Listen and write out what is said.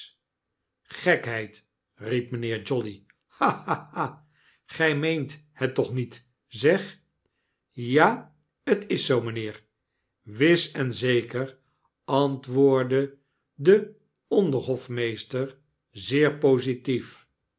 g-ekheid riep mynheer jolly ha ha ha gij meent het toch niet zeg ja t is zoo mynheer wis en zeker antwoordde de onderhofmeester zeer positief